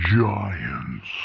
giants